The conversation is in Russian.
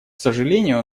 сожалению